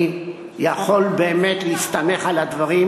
אני יכול באמת להסתמך על הדברים,